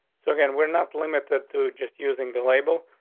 so again, we're not limited to just using the label.